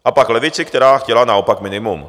A pak levici, která chtěla naopak minimum.